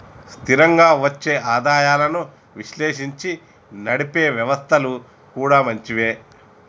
స్థిరంగా వచ్చే ఆదాయాలను విశ్లేషించి నడిపే వ్యవస్థలు కూడా మంచివే